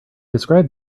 describe